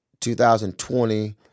2020